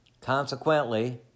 Consequently